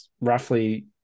roughly